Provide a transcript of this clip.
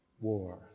war